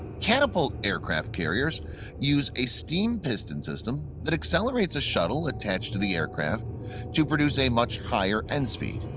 catapult aircraft carriers use a steam piston system that accelerates a shuttle attached to the aircraft to produce a much higher end speed.